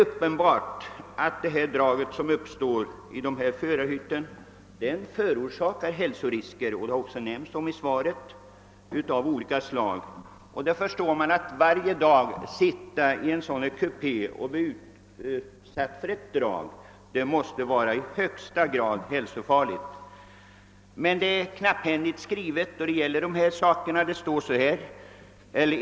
Uppenbart är att det drag som nu uppstår i förarhytterna innebär hälsorisker av olika slag, vilket också framgår av svaret. Att varje dag vara utsatt för drag i en kupé av detta slag måste vara i högsta grad hälsofarligt. Gällande bestämmelser på området är knapphändiga.